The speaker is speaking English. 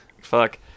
Fuck